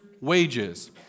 wages